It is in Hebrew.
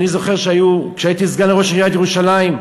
אני זוכר שהייתי סגן ראש עיריית ירושלים,